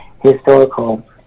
historical